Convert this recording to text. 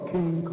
King